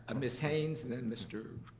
ah ms. haynes, and then mr.